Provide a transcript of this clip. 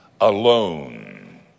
alone